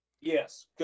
Yes